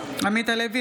הלוי,